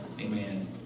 Amen